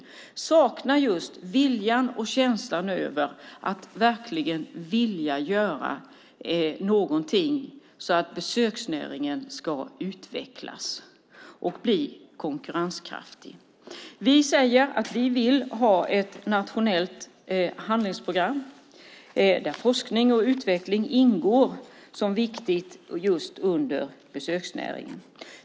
Jag saknar just viljan och känslan för att verkligen göra någonting så att besöksnäringen utvecklas och blir konkurrenskraftig. Vi säger att vi vill ha ett nationellt handlingsprogram där forskning och utveckling ingår som viktiga delar just under besöksnäringen.